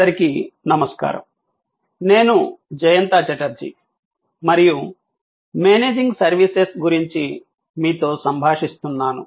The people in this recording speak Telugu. అందరికి నమస్కారం నేను జయంత ఛటర్జీ మరియు మేనేజింగ్ సర్వీసెస్ గురించి మీతో సంభాషిస్తున్నాను